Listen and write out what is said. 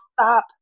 stop